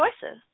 choices